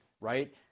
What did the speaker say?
right